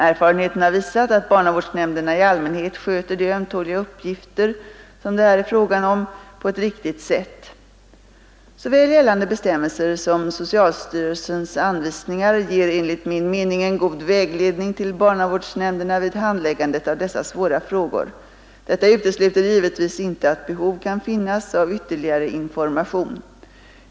Erfarenheten har visat att barnavårdsnämnderna i allmänhet sköter de ömtåliga uppgifter, som det här är fråga om, på ett riktigt sätt. Såväl gällande bestämmelser som socialstyrelsens anvisningar ger enligt min mening en god vägledning till barnavårdsnämnderna vid handläggandet av dessa svåra frågor. Detta utesluter givetvis inte att behov kan finnas av ytterligare information.